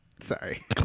sorry